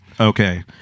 Okay